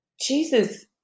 Jesus